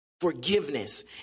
Forgiveness